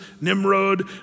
Nimrod